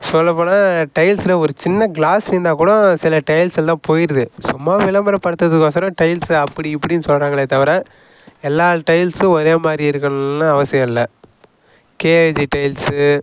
சொல்லப் போனால் டைல்ஸில் ஒரு சின்ன கிளாஸ் விழுந்தால் கூட சில டைல்ஸ் எல்லாம் போயிடுது சும்மா விளம்பரப்படுத்துறதுக்கு ஒசரம் டைல்ஸு அப்படி இப்படின்னு சொல்கிறாங்களே தவிர எல்லா டைல்ஸும் ஒரே மாதிரி இருக்கணும்ன்லாம் அவசியம் இல்லை கே ஏ ஜி டைல்ஸு